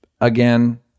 again